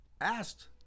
asked